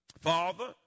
Father